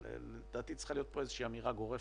לדעתי, צריכה להיות פה איזושהי אמירה גורפת: